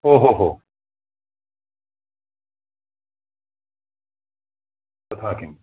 ओहोहो तथा किम्